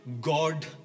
God